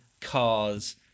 cars